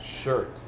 Shirt